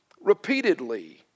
repeatedly